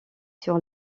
sur